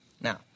Now